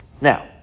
Now